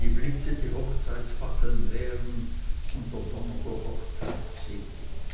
die blitze die hochzeitfackeln wären und der donner der hochzeitsegen